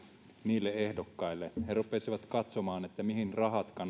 niille ehdokkaille he rupeaisivat katsomaan mihin rahat